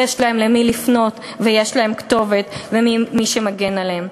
יש להם למי לפנות ויש להם כתובת ומי שמגן עליהם.